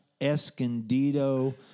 Escondido